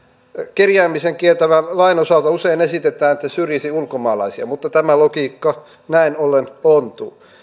kerjäämisen kieltävän lain osalta usein esitetään että se syrjisi ulkomaalaisia mutta tämä logiikka näin ollen ontuu